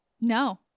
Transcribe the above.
no